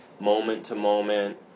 moment-to-moment